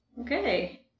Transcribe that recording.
okay